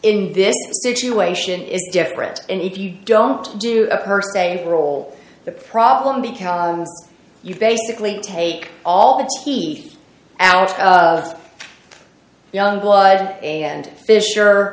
in this situation is desperate and if you don't do a person a role the problem because you basically take all the heat out of young blood and fisher